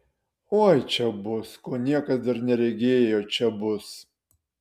oi čia bus ko niekas dar neregėjo čia bus